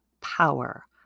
power